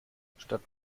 statt